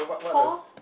Paul